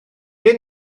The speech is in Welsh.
beth